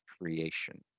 creation